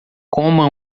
coma